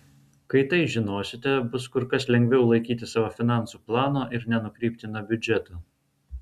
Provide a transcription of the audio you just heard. kai tai žinosite bus kur kas lengviau laikytis savo finansų plano ir nenukrypti nuo biudžeto